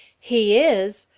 he is!